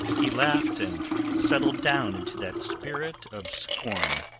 he laughed, and settled down into that spirit of scorn,